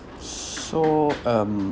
s~ so um